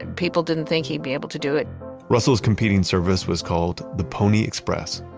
people didn't think he'd be able to do it russell's competing service was called the pony express.